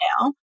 now